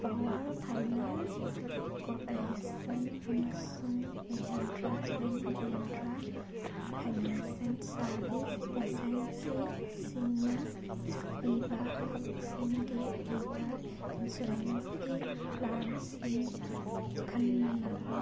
power finance corporation ꯑꯃꯁꯨꯡ Mahindra and Mahindra financial service ꯑꯦꯁꯦꯟꯁꯤꯁꯤꯡꯅ ꯄꯤꯕ ꯍꯛꯁꯦꯜꯒꯤ ꯑꯣꯏꯕ ꯏꯟꯁꯨꯔꯦꯟꯁꯀꯤ ꯄ꯭ꯂꯥꯟꯁꯤꯡ ꯈꯟꯅꯅꯕ